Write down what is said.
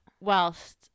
whilst